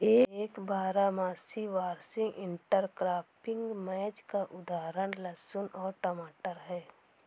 एक बारहमासी वार्षिक इंटरक्रॉपिंग मैच का एक उदाहरण लहसुन और टमाटर है